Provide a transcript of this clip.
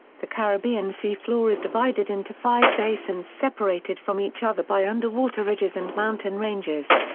the caribbean sea floor is divided into five basins separated from each other by underwater ridges and mountain ranges.